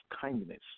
kindness